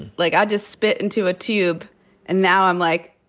like, i just spit into a tube and now i'm like,